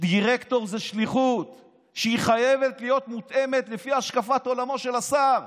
דירקטור זה שליחות שחייבת להיות מותאמת לפי השקפת עולמו של השר.